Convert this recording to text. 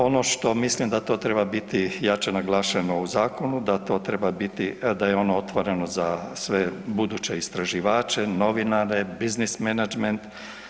Ono što mislim da to treba biti jače naglašeno u zakonu, da to treba biti, da je ono otvoreno za sve buduće istraživače, novinare, biznis menadžment.